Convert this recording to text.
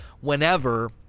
whenever